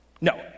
No